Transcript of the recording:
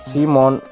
Simon